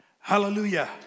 Hallelujah